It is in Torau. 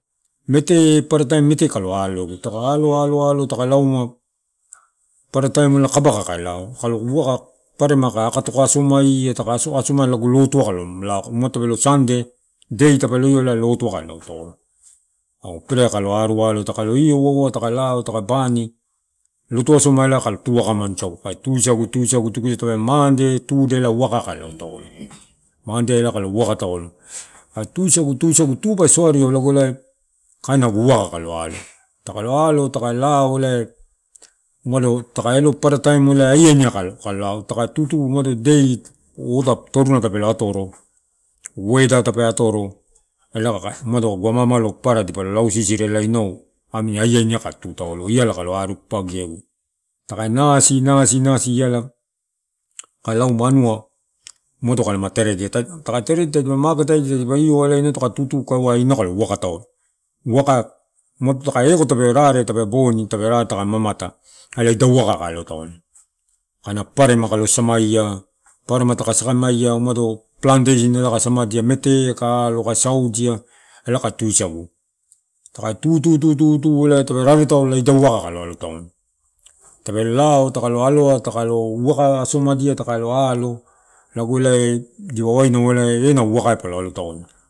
Mete, parataim mete kalo aloegu takalo aloalo taka lauma, parataim kabaka kae lao, kalo uaka paparema ka a katokasoomaia, taka akotoka asomaia lago lotu kalo lao, umado tepolo sanda, dei tepelo ioua elai lotuai kae laotaulo. Agu perea kalo aruu aloo, takalo io uaua, taka lao taka bani, lotu asoma elai kalo tu akamanu sagu kae tusagu, tusagu, tusagu. Tepe mande, tude alai uakai kae lao taolo. Mandeai elai kalo uaka taolo. kae tusagu, tusagu, tusagu tuu pee soariau lago elai kaina agu uaka kalo alo. Takalo alo takae lao elai umado takae elo elai parrataimuai ela aiainiai kae loo, taka tutu umado dei ota turana tepelo atoro weda tepe atoro ela umado agu ammamalo papara dipalo lao sisiri elai inau amini aiari ai kae tu taolo, iala kalo aruu papagi egu. Taka nasii, nasi iala kae lauma anua umado kalama teredia. Taka teredia tadipa maketaidia ela ina takae tutu kaeua inau kalo uako taolo. Uako umado takae eko teperare tepe boni tepe rare takae mamata, elai idai uaka kae aloo taona. Kaina paparema kalo samaia, paparema taka samaia umado planteisen elai kae samadia mete kai alo, kae saodia, elai kae tusagu. Taka tuta tutu elai tepe rare taolo idai kae kalo alo taona. Tepe lao taka lo aloa, taka lo uaka asomadia takalo alo lago elai dipa wainau ena uako palo alo taona.